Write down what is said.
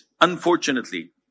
Unfortunately